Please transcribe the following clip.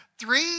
three